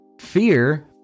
Fear